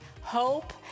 hope